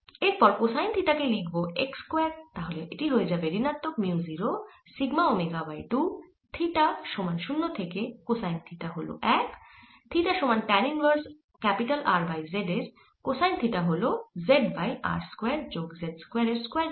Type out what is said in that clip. এরপর cosine square theta কে লিখব x স্কয়ার তাহলে এটি হয়ে যাবে ঋণাত্মক mu 0 sigma omega by 2 theta সমান 0 তে কোসাইন থিটা হল 1 থিটা সমান tan inverse R by z এ কোসাইন থিটা হল z বাই r স্কয়ার যোগ z স্কয়ার এর স্কয়ার রুট